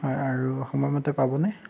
আৰু সময়মতে পাবনে